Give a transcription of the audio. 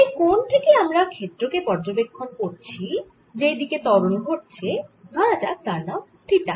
যেই কোণ থেকে আমরা ক্ষেত্র কে পর্যবেক্ষন করছি যেই দিকে ত্বরণ ঘটছে ধরা যাক তার নাম থিটা